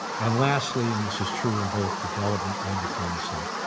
and lastly, and this is true in both development and diplomacy,